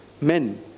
men